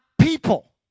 people